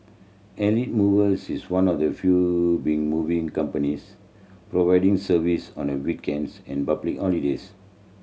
Elite Movers is one of the few big moving companies providing service on the weekends and public holidays